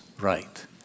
right